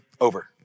over